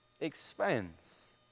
expense